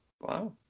Wow